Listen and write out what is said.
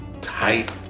tight